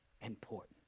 important